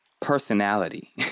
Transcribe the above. personality